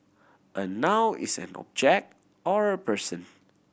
a noun is an object or a person